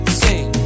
sing